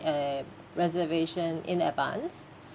a reservation in advance